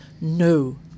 no